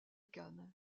cannes